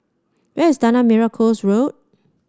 where is Tanah Merah Coast Road